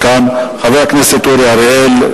הרשימה: חבר הכנסת אורי אריאל,